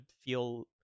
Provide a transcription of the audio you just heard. feel